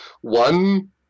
One